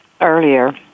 earlier